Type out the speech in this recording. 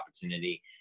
opportunity